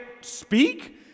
speak